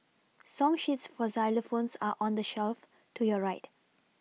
song sheets for xylophones are on the shelf to your right